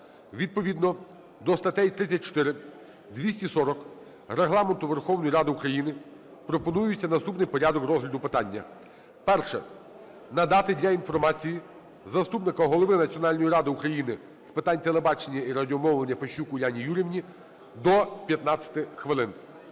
Відповідно до статей 34, 240 Регламенту Верховної Ради України пропонується наступний порядок розгляду питання. Перше. Надати для інформації заступнику голови Національної ради України з питань телебачення і радіомовлення Фещук Уляні Юріївні - до 15 хвилин.